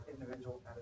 individual